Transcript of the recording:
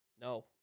No